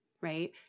right